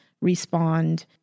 respond